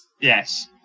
Yes